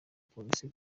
polisi